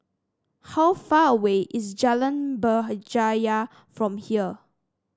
how far away is Jalan Berjaya from here